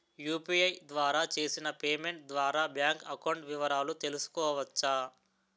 UPI ద్వారా చేసిన payment ద్వారా బ్యాంక్ అకౌంట్ వివరాలు తెలుసుకోవచ్చ?